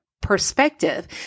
perspective